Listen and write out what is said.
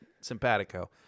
simpatico